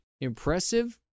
impressive